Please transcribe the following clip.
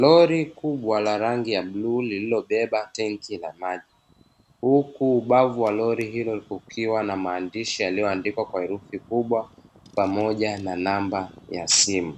Lori kubwa la rangi ya bluu lililobeba tenki la maji, huku ubavu wa lori hilo kukiwa na maandishi yaliyoandikwa kwa herufi kubwa pamoja na namba ya simu.